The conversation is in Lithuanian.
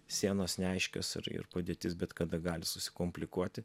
sienos neaiškios ir ir padėtis bet kada gali susikomplikuoti